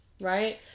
right